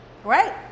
right